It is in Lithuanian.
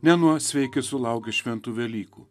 ne nuo sveiki sulaukę šventų velykų